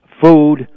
food